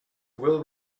will